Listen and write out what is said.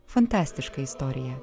fantastiška istorija